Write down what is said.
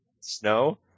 Snow